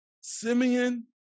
Simeon